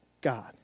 God